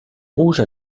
rouge